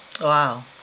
Wow